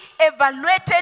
evaluated